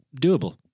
doable